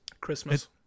Christmas